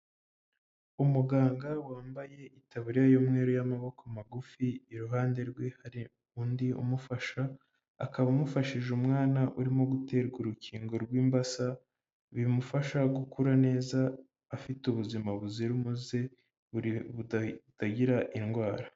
Umuganga wambaye itaburiya y'umweru y'amaboko magufi, iruhande rwe hari undi umufasha, akaba amufashije umwana urimo guterwa urukingo rw'imbasa, bimufasha gukura neza afite ubuzima buzira umuze, butagira indwara.